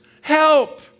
help